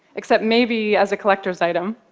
except maybe as a collector's item.